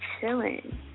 Chilling